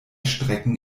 strecken